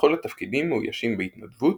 וכל התפקידים מאוישים בהתנדבות,